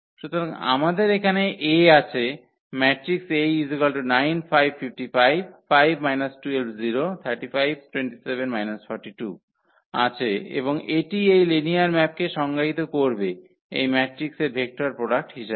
সুতরাং আমাদের এখানে 𝐴 আছে ম্যাট্রিক্স আছে এবং এটি এই লিনিয়ার ম্যাপকে সংজ্ঞায়িত করবে এই ম্যাট্রিক্সের ভেক্টর প্রোডাক্ট হিসাবে